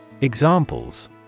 Examples